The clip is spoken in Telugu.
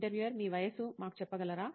ఇంటర్వ్యూయర్ మీ వయస్సును మాకు చెప్పగలరా